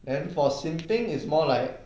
then for simping is more like